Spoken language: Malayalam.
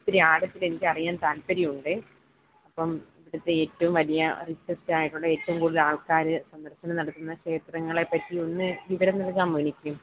ഒത്തിരിയാഴത്തിലെനിക്ക് അറിയാൻ താല്പര്യമുണ്ടേ അപ്പോള് ഇവിടുത്തെ ഏറ്റവും വലിയ റിചെസ്റ്റായിട്ടുള്ള ഏറ്റവും കൂടൽ ആൾക്കാര് സന്ദർശനം നടത്തുന്ന ക്ഷേത്രങ്ങളെ പറ്റി ഒന്ന് വിവരം നൽകാമോ എനിക്ക്